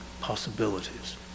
possibilities